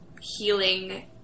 healing